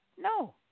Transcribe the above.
No